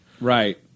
Right